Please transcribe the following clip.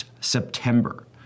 September